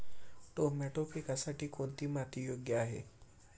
Tomato पिकासाठी कोणती माती योग्य आहे?